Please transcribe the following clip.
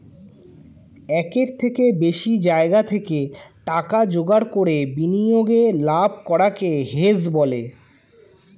একের থেকে বেশি জায়গা থেকে টাকা জোগাড় করে বিনিয়োগে লাভ করাকে হেজ বলে